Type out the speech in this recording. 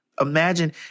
Imagine